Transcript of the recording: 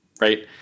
right